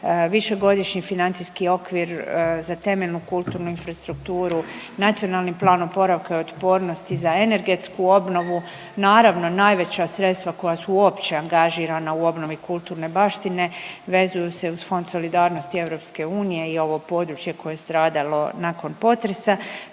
višegodišnji financijski okvir za temeljnu kulturnu infrastrukturu, NPOO za energetsku obnovu, naravno najveća sredstva koja su uopće angažirana u obnovi kulturne baštine vezuju se uz Fond solidarnosti EU i ovo područje koje je stradalo nakon potresa,